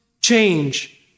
change